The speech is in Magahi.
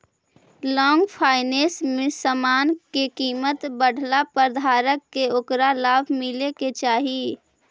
लॉन्ग फाइनेंस में समान के कीमत बढ़ला पर धारक के ओकरा लाभ मिले के चाही